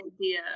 idea